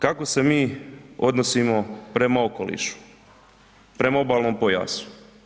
Kako se mi odnosimo prema okolišu, prema obalnom pojasu?